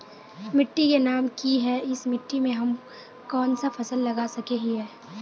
मिट्टी के नाम की है इस मिट्टी में हम कोन सा फसल लगा सके हिय?